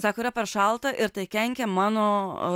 sako yra per šalta ir tai kenkia mano